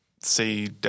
see